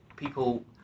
people